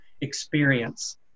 experience